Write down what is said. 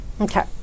Okay